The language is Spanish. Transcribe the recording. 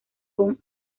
con